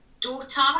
daughter